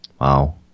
Wow